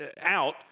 out